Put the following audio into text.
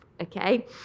Okay